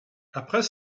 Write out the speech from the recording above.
après